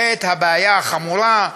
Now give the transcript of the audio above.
את הבעיה החמורה,